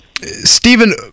Stephen